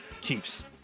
Chiefs